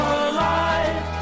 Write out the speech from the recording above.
alive